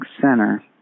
center